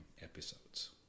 episodes